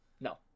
No